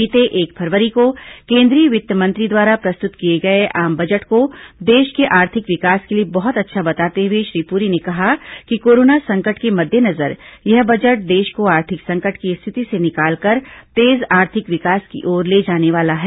बीते एक फरवरी को केंद्रीय वित्त मंत्री द्वारा प्रस्तुत किए गए आम बजट को देश के आर्थिक विकास के लिए बहुत अच्छा बताते हुए श्री पुरी ने कहा कि कोरोना संकट के मद्देनजर यह बजट देश को आर्थिक संकट की स्थिति से निकालकर तेज आर्थिक विकास की ओर ले जाने वाला है